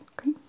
Okay